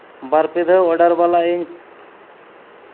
ᱵᱟᱨ ᱯᱮ ᱫᱷᱟᱣ ᱚᱰᱟᱨ ᱵᱟᱞᱟ ᱤᱧ